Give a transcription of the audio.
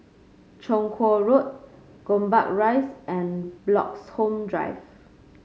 Chong Kuo Road Gombak Rise and Bloxhome Drive